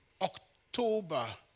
October